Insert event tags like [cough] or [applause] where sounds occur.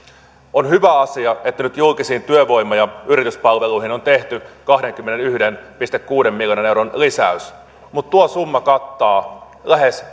on hyvä asia että nyt julkisiin työvoima ja yrityspalveluihin on tehty kahdenkymmenenyhden pilkku kuuden miljoonan euron lisäys mutta tuo summa kattaa lähes [unintelligible]